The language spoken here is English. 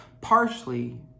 partially